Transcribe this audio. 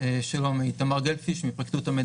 שלום, אני